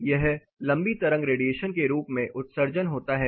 यह लंबी तरंग रेडिएशन के रूप में उत्सर्जन होता है